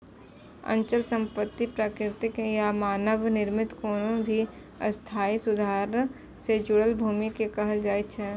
अचल संपत्ति प्राकृतिक या मानव निर्मित कोनो भी स्थायी सुधार सं जुड़ल भूमि कें कहल जाइ छै